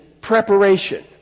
preparation